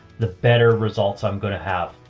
the better results. i'm going to have,